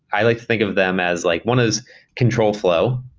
i like to think of them as like one is control flow,